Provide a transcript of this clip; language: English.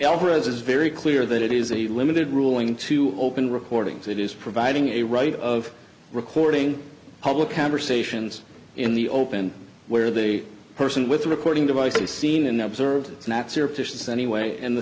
lvarez is very clear that it is a limited ruling to open recordings it is providing a right of recording public conversations in the open where the person with the recording device is seen and observed anyway in the